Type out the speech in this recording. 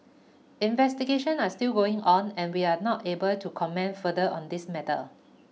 investigations are still going on and we are not able to comment further on this matter